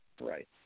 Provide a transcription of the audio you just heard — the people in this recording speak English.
Right